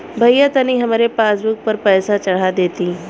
भईया तनि हमरे पासबुक पर पैसा चढ़ा देती